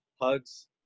hugs